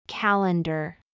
Calendar